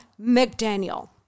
McDaniel